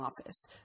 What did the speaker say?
office